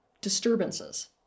disturbances